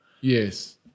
Yes